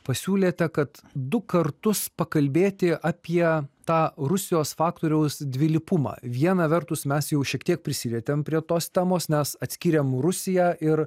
pasiūlėte kad du kartus pakalbėti apie tą rusijos faktoriaus dvilypumą viena vertus mes jau šiek tiek prisilietėm prie tos temos nes atskyrėme rusiją ir